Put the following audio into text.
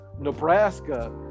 Nebraska